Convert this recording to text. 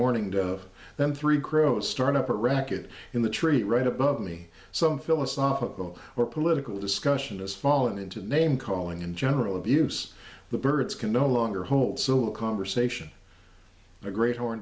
mourning dove then three crows start up a racket in the tree right above me some philosophical or political discussion has fallen into name calling and general abuse the birds can no longer hold civil conversation the great hor